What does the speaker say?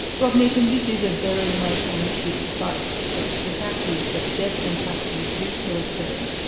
robert neesham, this is a very emotional issue, but the the fact is that deaths in custody do still occur.